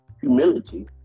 humility